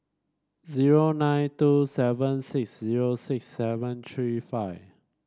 zero nine two seven six zero six seven three five